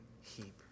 heap